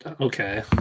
Okay